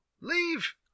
Leave